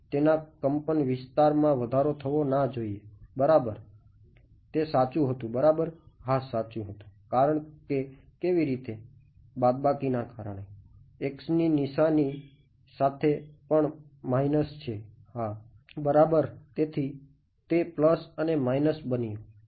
તે નાશ માં વધારો થવો ના જોઈએ બરાબર x ની નિશાની સાથે પણ - છે બરાબર તેથી તે બન્યું